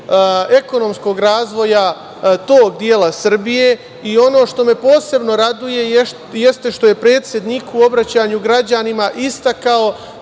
ekonomskog razvoja tog dela Srbije. Ono što me posebno raduje jeste što je predsednik u obraćanju građanima istakao